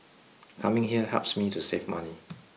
coming here helps me to save money